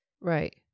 right